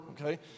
Okay